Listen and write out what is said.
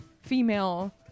female